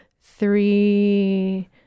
three